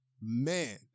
man